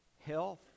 health